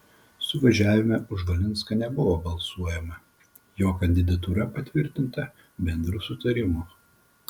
suvažiavime už valinską nebuvo balsuojama jo kandidatūra patvirtinta bendru sutarimu